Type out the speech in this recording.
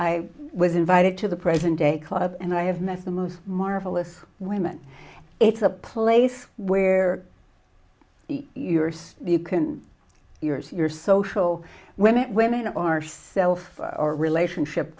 i was invited to the present day club and i have met the most marvelous women it's a place where yours you can your is your social women women are self or relationship